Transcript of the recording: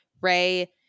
Ray